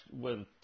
went